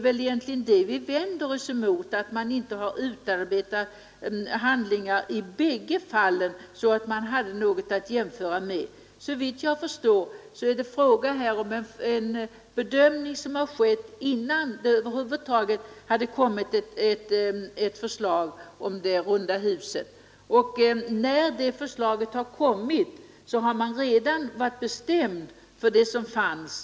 Det är egentligen det vi vänder oss mot, att det inte finns några utarbetade handlingar i bägge fallen så att man kan göra jämförelser. Ang. utformningen Såvitt jag förstår är det här fråga om en bedömning som gjorts innan av flygterminaler det över huvud taget kommit ett förslag om det runda huset. När det förslaget kom hade man redan bestämt sig för det förslag som fanns.